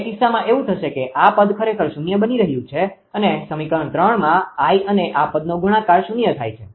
તે કિસ્સામાં એવું થશે કે આ પદ ખરેખર શૂન્ય બની રહ્યું છે અને સમીકરણ 3માં I અને આ પદનો ગુણાકાર શૂન્ય થાય છે